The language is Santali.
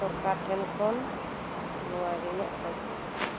ᱥᱚᱨᱠᱟᱨ ᱴᱷᱮᱱ ᱠᱷᱚᱱ ᱱᱚᱣᱟ ᱜᱮ ᱤᱧᱟᱹᱜ ᱠᱷᱚᱡᱽ ᱫᱚ